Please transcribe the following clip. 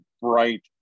bright